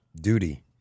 Duty